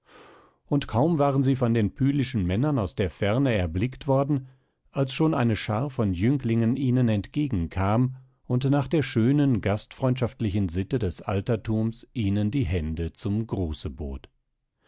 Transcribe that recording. und kaum waren sie von den pylischen männern aus der ferne erblickt worden als schon eine schar von jünglingen ihnen entgegen kam und nach der schönen gastfreundschaftlichen sitte des altertums ihnen die hände zum gruße bot